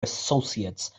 associates